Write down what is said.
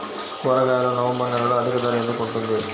కూరగాయలు నవంబర్ నెలలో అధిక ధర ఎందుకు ఉంటుంది?